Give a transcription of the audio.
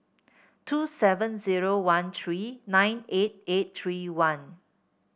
two seven zero one three nine eight eight three one